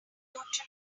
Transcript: tonight